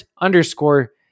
underscore